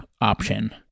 option